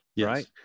Right